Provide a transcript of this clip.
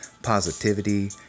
positivity